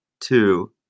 two